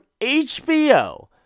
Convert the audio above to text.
HBO